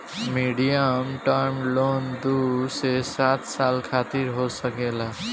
medium term loan दू से सात साल खातिर हो सकेला